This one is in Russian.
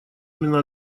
именно